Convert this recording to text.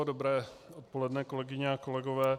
Dobré odpoledne, kolegyně a kolegové.